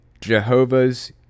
Jehovah's